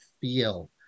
feel